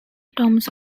tombs